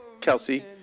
Kelsey